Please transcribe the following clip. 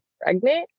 pregnant